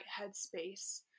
headspace